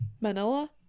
Manila